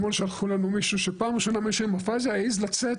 אתמול שלחו לנו מישהו שפעם ראשונה מישהו עם אפזיה העז לצאת